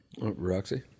Roxy